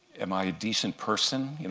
am i a decent person?